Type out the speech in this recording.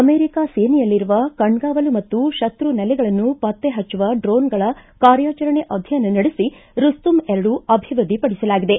America ಸೇನೆಯಲ್ಲಿರುವ ಕಣ್ಗಾವಲು ಮತ್ತು ಶತ್ರು ನೆಲೆಗಳನ್ನು ಪತ್ತೆ ಪಚ್ಚುವ ಡ್ರೋನ್ಗಳ ಕಾರ್ಯಾಚರಣೆ ಅಧ್ಯಯನ ನಡೆಸಿ ರುಸ್ತುಂ ಅಭಿವೃದ್ದಿಪಡಿಸಲಾಗಿದೆ